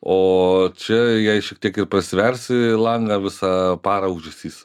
o čia jei šiek tiek ir pasversi langą visą parą ūžesys